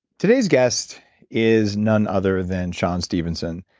today's guest is none other than sean stephenson.